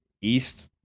East